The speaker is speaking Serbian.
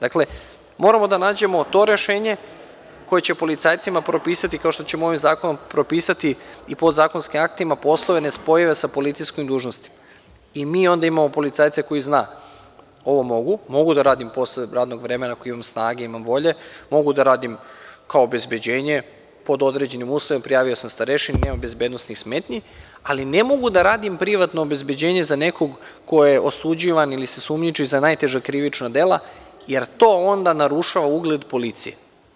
Dakle, moramo da nađemo to rešenje koje će policajcima propisati, kao što ćemo ovaj zakon propisati i podzakonskim aktima poslove nespojive sa policijskim dužnostima i mi onda imamo policajca koji zna, ovo mogu da radim posle radnog vremena, ako imam snage, volje, mogu da radim kao obezbeđenje, pod određenim uslovima, prijavio sam starešini, nemam bezbednosnih smetnji, ali ne mogu da radim privatno obezbeđenje za nekoga ko je osuđivan ili se sumnjiči za najteža krivična dela, jer to onda narušava ugled policije.